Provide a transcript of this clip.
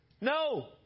No